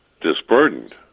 Disburdened